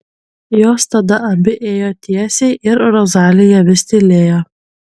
jos tada abi ėjo tiesiai ir rozalija vis tylėjo